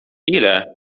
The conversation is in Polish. ile